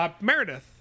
Meredith